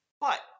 But-